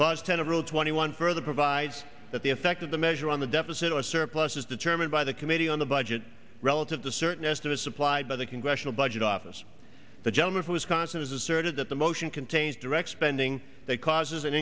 because ten of rule twenty one further provides that the effect of the measure on the deficit or surplus is determined by the committee on the budget relative to certain estimates supplied by the congressional budget office the gentleman who is constant is asserted that the motion contains direct spending that causes an